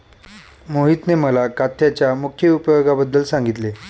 मोहितने मला काथ्याच्या मुख्य उपयोगांबद्दल सांगितले